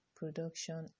production